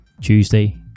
Tuesday